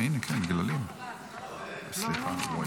סליחה.